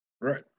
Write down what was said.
Right